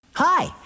Hi